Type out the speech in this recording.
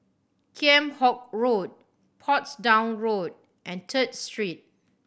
Kheam Hock Road Portsdown Road and Third Street